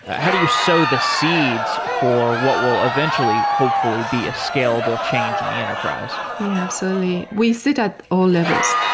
how do you sow the seeds for what will eventually hopefully be a scalable change in the enterprise? absolutely. we sit at all levels.